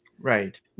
Right